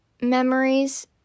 memories